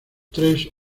tres